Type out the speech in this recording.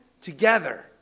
together